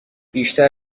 بیشتر